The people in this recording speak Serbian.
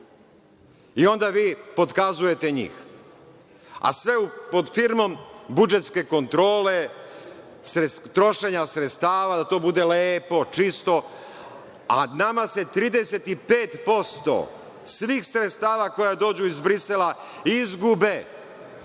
i onda vi potkazujete njih, a sve pod firmom budžetske kontrole, trošenja sredstava, da to bude lepo, čisto. Nama se 35% svih sredstava koja dođu iz Brisela izgube